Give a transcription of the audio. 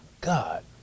God